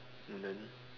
and then